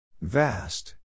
Vast